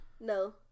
No